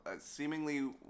seemingly